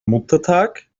muttertag